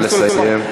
נא לסיים.